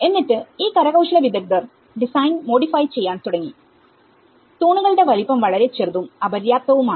എന്നിട്ട് ഈ കരകൌശല വിദഗ്ദ്ധർ ഡിസൈൻ മോഡിഫൈ ചെയ്യാൻ തുടങ്ങി തൂണുകളുടെ വലിപ്പം വളരെ ചെറുതും അപര്യാപ്തവും ആണ്